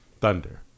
thunder